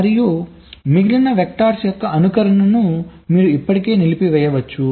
మరియు మిగిలిన వెక్టర్స్ యొక్క అనుకరణను మీరు ఇప్పటికే నిలిపివేయవచ్చు